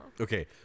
Okay